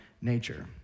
nature